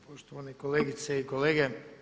Poštovane kolegice i kolege.